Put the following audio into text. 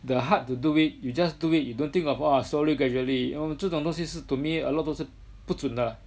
the heart to do it you just do it you don't think of !wah! slowly gradually you know 这种东西是 to me a lot 都是不准的啦